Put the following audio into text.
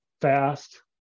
fast